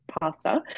pasta